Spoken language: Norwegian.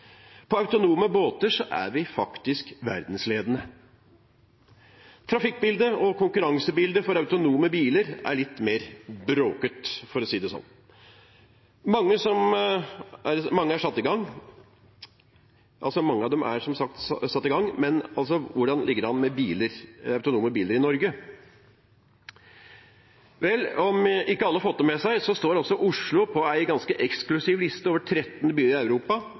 På autonome båter er vi faktisk verdensledende. Trafikkbildet og konkurransebildet for autonome biler er litt mer broket, for å si det sånn. Mange er som sagt i gang. Men hvordan ligger det an med autonome biler i Norge? Om ikke alle har fått det med seg, står altså Oslo på en ganske eksklusiv liste over 13 byer i Europa